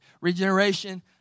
Regeneration